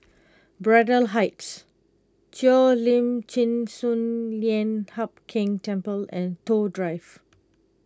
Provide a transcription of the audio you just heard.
Braddell Heights Cheo Lim Chin Sun Lian Hup Keng Temple and Toh Drive